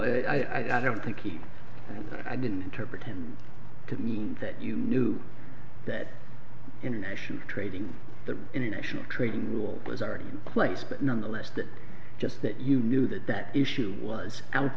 no i don't think he i didn't interpret him could mean that you knew that international trading the international trading rule was already in place but nonetheless that just that you knew that that issue was out